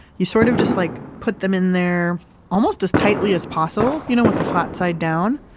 you sort of just like put them in there almost as tightly as possible you know with the flat side down.